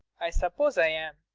i suppose i am.